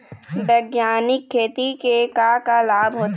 बैग्यानिक खेती के का लाभ होथे?